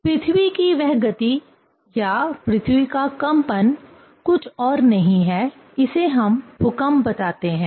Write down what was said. तो पृथ्वी की वह गति या पृथ्वी का कंपन कुछ और नहीं है इसे हम भूकंप बताते हैं